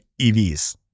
EVs